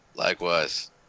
Likewise